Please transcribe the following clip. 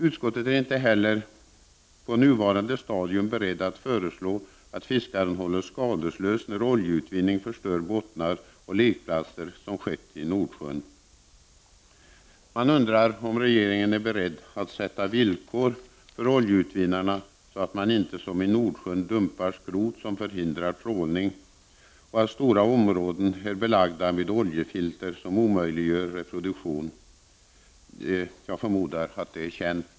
Utskottet är inte heller på nuvarande stadium berett att förslå att fiskaren hålles skadeslös när oljeutvinning förstör bottnar och lekplatser så som skett i Nordsjön. Jag undrar: Är regeringen beredd att sätta upp villkor för oljeutvinnarna så att dessa inte, som i Nordsjön, dumpar skrot som förhindrar trålning? Att stora områden är belagda med oljefilter som omöjliggör reproduktion förmodar jag är känt.